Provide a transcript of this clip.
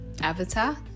Avatar